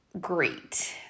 great